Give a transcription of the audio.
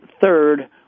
third